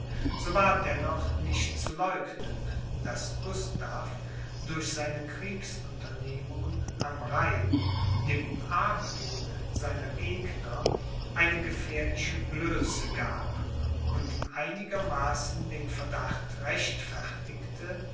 so war dennoch nicht zu leugnen daß gustav durch seine kriegsunternehmungen am rhein dem argwohn seiner gegner eine gefährliche blöße gab und einigermaßen den verdacht rechtfertigte